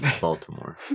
Baltimore